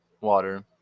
water